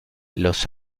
los